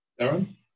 Darren